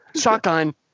Shotgun